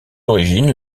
origines